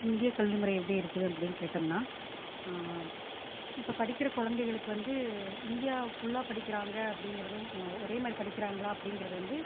இந்தியக்கல்வி முறை எப்படி இருக்குது அப்படினு கேட்டோம்னால் இப்போ படிக்கிற கொழந்தைகளுக்கு வந்து இந்தியா ஃபுல்லாக படிக்கிறாங்க அப்படிங்கிறதும் ஒரேமாதிரி படிக்கிறாங்களா அப்படிங்கிறது வந்து